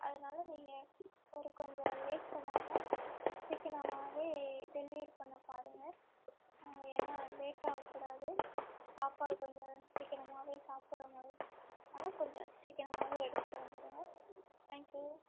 அதனால நீங்கள் ஒரு கொஞ்சம் லேட் பண்ணாமல் சீக்கிரமாக டெலிவெரி பண்ண பாருங்க ஏன்னா லேட்டாகக்கூடாது சாப்பாடு கொஞ்சம் சீக்கிரமாக சாப்புடுற மாதிரி அதனால் கொஞ்சம் சீக்கிரமாக எடுத்துரு வந்துடுங்க தேங்க்யூ